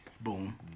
boom